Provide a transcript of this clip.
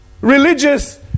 religious